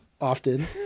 often